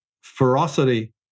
ferocity